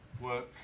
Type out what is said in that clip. work